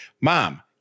mom